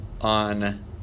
On